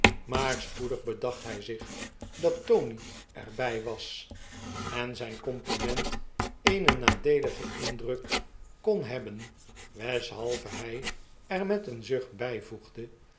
maar spoedig bedacht hy zich dat tony er by was en zyn compliment eenen nadeeligen indruk kon hebben weshalve hy er met een zucht bijvoegde